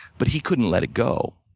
but he couldn't let it go.